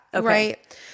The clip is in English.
Right